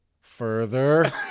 further